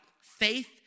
faith